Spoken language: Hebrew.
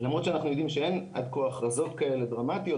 למרות שאנחנו יודעים שאין עד כה הכרזות כאלה דרמטיות.